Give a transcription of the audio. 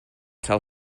tell